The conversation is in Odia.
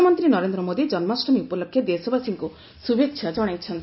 ପ୍ରଧାନମନ୍ତ୍ରୀ ନରେନ୍ଦ୍ର ମୋଦୀ ଜନ୍ମାଷ୍ଟମୀ ଉପଲକ୍ଷେ ଦେଶବାସୀଙ୍କୁ ଶୁଭେଚ୍ଛା ଜଣାଇଚ୍ଛନ୍ତି